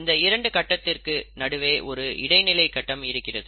இந்த இரண்டு கட்டத்திற்கு நடுவே ஒரு இடைநிலை கட்டம் இருக்கிறது